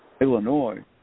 Illinois